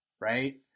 right